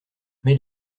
mais